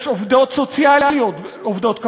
יש עובדות סוציאליות עובדות קבלן,